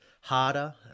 harder